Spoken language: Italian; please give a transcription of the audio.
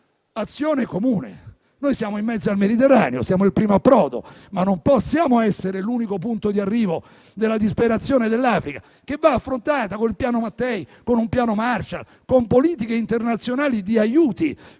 un'azione comune. Noi siamo in mezzo al Mediterraneo, siamo il primo approdo, ma non possiamo essere l'unico punto di arrivo della disperazione dell'Africa, che va affrontata con il piano Mattei, con un piano Marshall, con politiche internazionali di aiuti